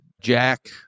Jack